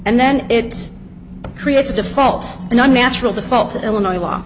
and then it creates a default in the natural default illinois la